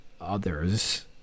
others